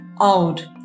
out